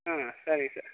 ஆ சரிங்க சார்